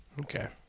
Okay